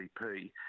GDP